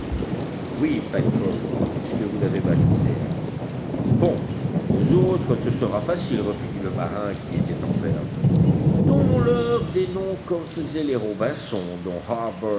oui pencroff puisque vous l'avez baptisé ainsi bon quant aux autres ce sera facile reprit le marin qui était en verve donnons-leur des noms comme faisaient les robinsons